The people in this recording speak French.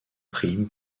prime